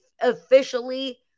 officially